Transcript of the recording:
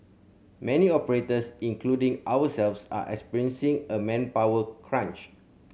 many operators including ourselves are experiencing a manpower crunch